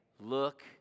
look